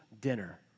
dinner